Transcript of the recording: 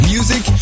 Music